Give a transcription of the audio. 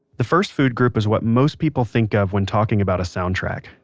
the first food group is what most people think of when talking about a soundtrack,